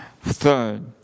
Third